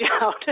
out